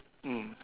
mm